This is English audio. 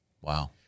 Wow